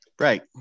right